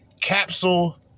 Capsule